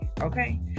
okay